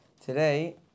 Today